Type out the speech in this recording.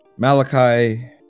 Malachi